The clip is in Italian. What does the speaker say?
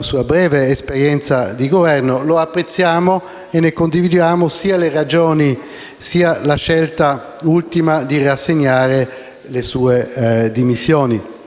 sua breve esperienza di Governo: lo apprezziamo e ne condividiamo sia le ragioni, sia la scelta ultima di rassegnare le dimissioni.